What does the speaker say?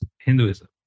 Hinduism